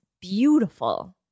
beautiful